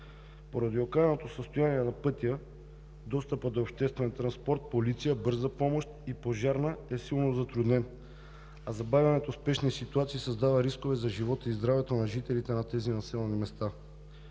Поради окаяното състояние на пътя достъпът до обществен транспорт, полиция, бърза помощ и пожарна е силно затруднен, а забавянето в спешни ситуации създава рискове за живота и здравето на жителите на тези населени места.